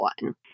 one